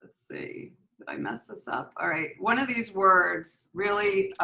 let's see, did i mess this up? all right, one of these words really,